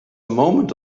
moment